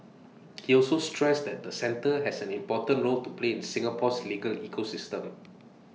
he also stressed that the centre has an important role to play in Singapore's legal ecosystem